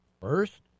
First